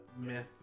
myth